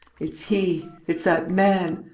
it's he. it's that man.